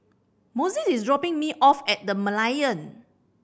Mossie is dropping me off at The Merlion